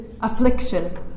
Affliction